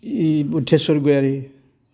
उथ्थियासर गयारि